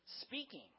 speaking